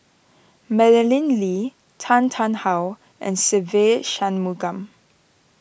Madeleine Lee Tan Tarn How and Se Ve Shanmugam